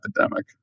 epidemic